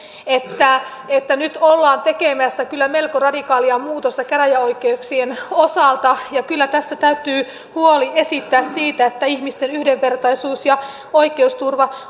että nyt ollaan tekemässä kyllä melko radikaalia muutosta käräjäoikeuksien osalta kyllä tässä täytyy huoli esittää siitä että ihmisten yhdenvertaisuus ja oikeusturva